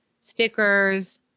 stickers